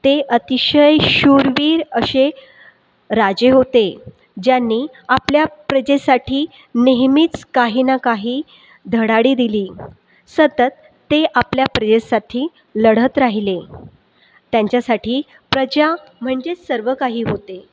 ते अतिशय शूरवीर असे राजे होते ज्यांनी आपल्या प्रजेसाठी नेहमीच काही ना काही धडाडी दिली सतत ते आपल्या प्रजेसाठी लढत राहिले त्यांच्यासाठी प्रजा म्हणजे सर्व काही होते